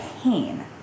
pain